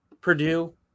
Purdue